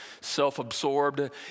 self-absorbed